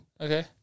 Okay